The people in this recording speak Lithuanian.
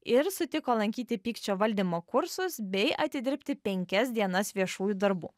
ir sutiko lankyti pykčio valdymo kursus bei atidirbti penkias dienas viešųjų darbų